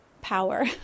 power